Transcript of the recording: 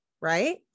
right